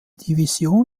division